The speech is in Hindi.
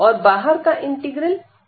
और बाहर का इंटीग्रल x है